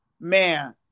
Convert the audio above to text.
Man